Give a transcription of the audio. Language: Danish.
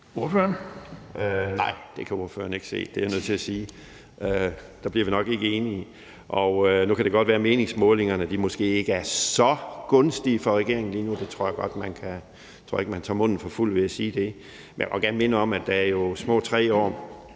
(M): Nej, det kan ordføreren ikke se. Det er jeg nødt til at sige, og der bliver vi nok ikke enige. Nu kan det godt være, at meningsmålingerne måske ikke er så gunstige for regeringen lige nu – det tror jeg ikke man tager munden for fuld ved at sige – men jeg vil også gerne minde om, at der jo forhåbentlig